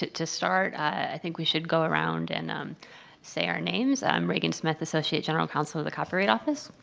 to to start, i think we should go around and um say our names. i'm regan smith, the associate general counsel of the copyright office.